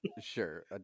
sure